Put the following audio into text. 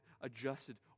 adjusted